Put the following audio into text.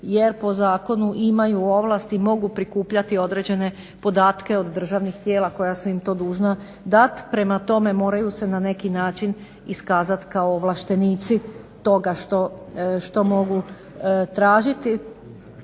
jer po zakonu imaju ovlasti, mogu prikupljati određene podatke od državnih tijela koja su im to dužna dat. Prema tome, moraju se na neki način iskazat kao ovlaštenici toga što mogu tražiti.